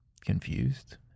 confused